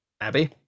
abby